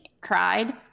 cried